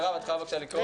אפשר לקרוא שוב.